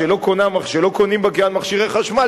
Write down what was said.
שלא קונים בה כמעט מכשירי חשמל,